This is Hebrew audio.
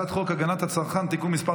הצעת חוק הגנת הצרכן (תיקון מס'